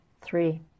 Three